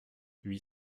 huit